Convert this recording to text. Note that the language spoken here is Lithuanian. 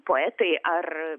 poetai ar